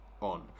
on